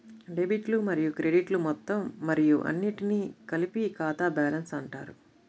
డెబిట్లు మరియు క్రెడిట్లు మొత్తం మరియు అన్నింటినీ కలిపి ఖాతా బ్యాలెన్స్ అంటారు